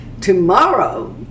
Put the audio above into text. Tomorrow